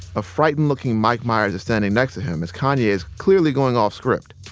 a frightened-looking mike meyers is standing next to him as kanye is clearly going off script.